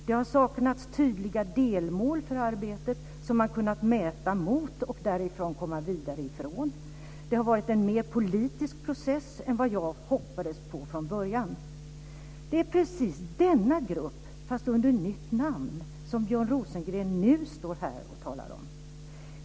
Det har saknats tydliga delmål för arbetet, som man kunnat mäta mot och därefter komma vidare ifrån. Det varit en mer politisk process än vad jag hoppades på från början." Det är precis denna grupp, fast under nytt namn, som Björn Rosengren nu står här och talar om.